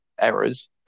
errors